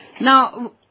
Now